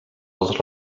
els